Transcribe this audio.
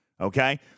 okay